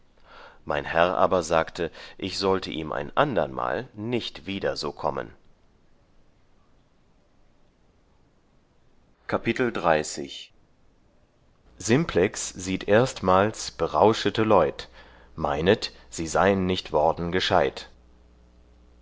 mein herr aber sagte ich sollte ihm ein andermal nicht wieder so kommen das dreißigste kapitel simplex sieht erstmals berauschete leut meinet sie seien nicht worden gescheid